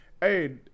hey